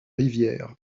rivières